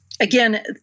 Again